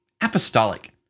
apostolic